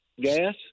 gas